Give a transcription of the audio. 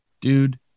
dude